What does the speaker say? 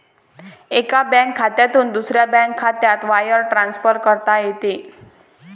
एका बँक खात्यातून दुसऱ्या बँक खात्यात वायर ट्रान्सफर करता येते